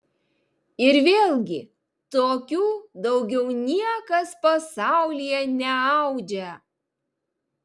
ir vėlgi tokių daugiau niekas pasaulyje neaudžia